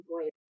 avoid